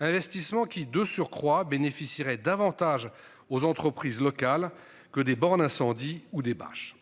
Investissement, qui de surcroît bénéficieraient davantage aux entreprises locales que des bornes incendie ou des bâches.